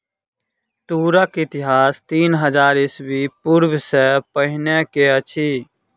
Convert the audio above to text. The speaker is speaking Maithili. तूरक इतिहास तीन हजार ईस्वी पूर्व सॅ पहिने के अछि